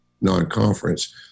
non-conference